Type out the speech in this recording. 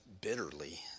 bitterly